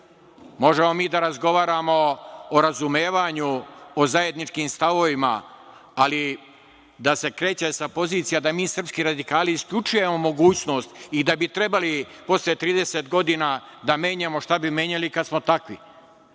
Možemo mi da razgovaramo o razumevanju, o zajedničkim stavovima, ali da se kreće sa pozicija da mi srpski radikali isključujemo mogućnost i da bi trebalo posle 30 godina da menjamo, šta bi menjali kada smo takvi.